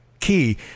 key